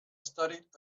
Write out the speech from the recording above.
studied